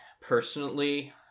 personally